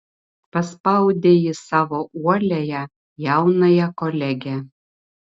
paspaudė ji savo uoliąją jaunąją kolegę